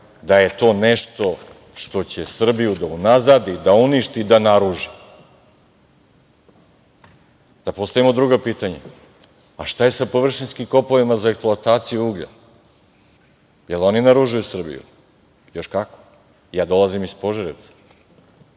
da je to nešto što će Srbiju da unazadi, da uništi, da naruži. Da postavimo drugo pitanje – šta je sa površinskim kopovima za eksploataciju uglja? Da li oni naružuju Srbiju? Još kako. Ja dolazim iz Požarevca,